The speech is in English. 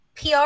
PR